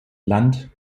land